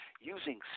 using